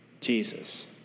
Jesus